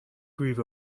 grieve